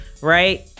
right